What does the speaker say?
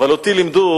אבל אותי לימדו